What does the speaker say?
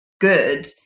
good